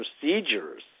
procedures